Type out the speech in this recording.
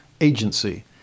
agency